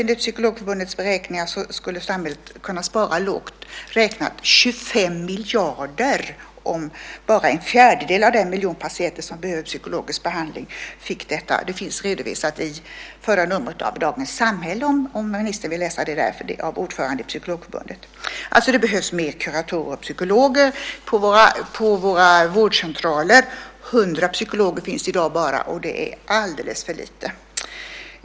Enligt Psykologförbundets beräkningar skulle samhället kunna spara, lågt räknat, 25 miljarder om bara en fjärdedel av den miljon patienter som behöver psykologisk behandling fick detta. Det finns redovisat i förra numret av Dagens Samhälle, om ministern vill läsa det, av ordföranden i Psykologförbundet. Det behövs alltså mer kuratorer och psykologer på våra vårdcentraler. I dag finns bara 100 psykologer, och det är alldeles för lite.